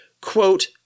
quote